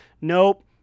nope